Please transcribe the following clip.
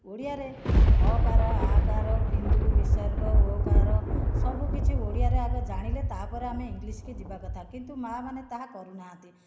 ଓଡ଼ିଆରେ ଅ କାର ଆ କର ବିନ୍ଦୁ ବିସର୍ଗ ଓ କାର ସବୁ କିଛି ଆମେ ଓଡ଼ିଆରେ ଜାଣିଲେ ତା'ପରେ ଆମେ ଇଂଲିଶ କୁ ଯିବା କଥା କିନ୍ତୁ ମା ମାନେ ତାହା କରୁନାହାନ୍ତି